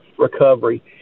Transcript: Recovery